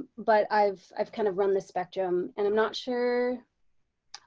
ah but i've i've kind of run the spectrum and i'm not sure